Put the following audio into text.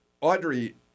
Audrey